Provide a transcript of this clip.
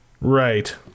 Right